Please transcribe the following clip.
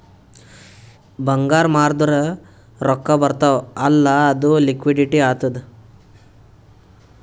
ಬಂಗಾರ್ ಮಾರ್ದುರ್ ರೊಕ್ಕಾ ಬರ್ತಾವ್ ಅಲ್ಲ ಅದು ಲಿಕ್ವಿಡಿಟಿ ಆತ್ತುದ್